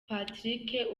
patrick